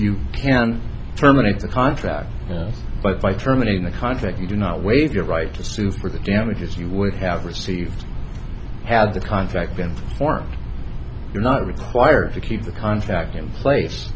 you can terminate the contract but by terminating the contract you do not waive your right to sue for the damages you would have received had the contract been you're not required to keep the contact him place